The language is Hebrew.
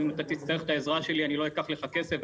אם תצטרך את העזרה שלי אני לא אקח ממך כסף.